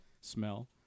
smell